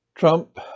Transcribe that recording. Trump